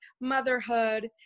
motherhood